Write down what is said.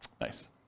Nice